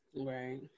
Right